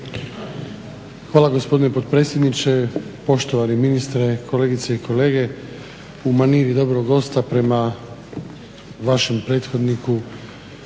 Hvala gospodine potpredsjedniče, poštovani ministre, kolegice i kolege. U maniri dobrog gosta prema vašem prethodniku